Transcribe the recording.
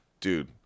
Dude